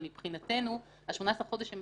מבחינתנו, ה-18 חודש הם